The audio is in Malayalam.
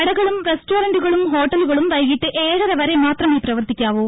കടകളും റെസ്റ്റോറന്റുകളും ഹോട്ടലുകളും വൈകീട്ട് ഏഴര വരെ മാത്രമേ പ്രവർത്തിക്കാവൂ